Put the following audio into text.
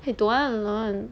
I don't wanna learn